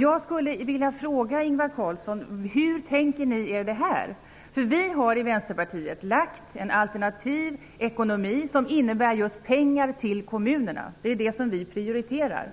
Jag skulle vilja fråga Ingvar Carlsson: Hur tänker ni er det här? Vi har från Vänsterpartiet lagt fram förslag om en alternativ ekonomi som just innebär pengar till kommunerna. Det är det som vi prioriterar.